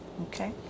Okay